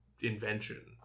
invention